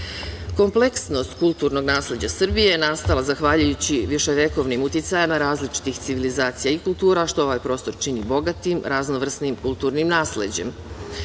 budućnosti. Kompleksnost kulturnog nasleđa Srbije je nastala zahvaljujući viševekovnim uticajima različitih civilizacija i kultura, što ovaj prostor čini bogatim, raznovrsnim kulturnim nasleđem. Vrednost